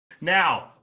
Now